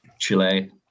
Chile